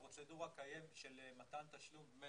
הפרוצדורה קיימת של מתן תשלום דמי